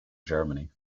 germany